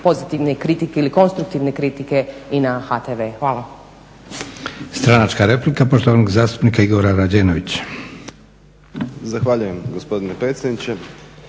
pozitivne kritike ili konstruktivne kritike i na HTV. Hvala.